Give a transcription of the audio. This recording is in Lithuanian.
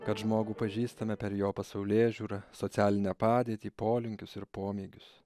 kad žmogų pažįstame per jo pasaulėžiūrą socialinę padėtį polinkius ir pomėgius